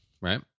Right